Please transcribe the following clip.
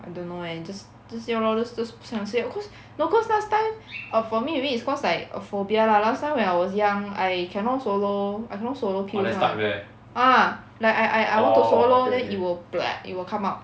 I don't know eh just just ya lor just just that's why I say oh cause no cause last time err for me maybe it's cause like a phobia lah last time when I was young I cannot swallow I cannot swallow pills ah like I I I I want to swallow then it will it will come up